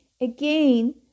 Again